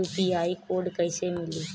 UPI code कैसे मिली?